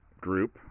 group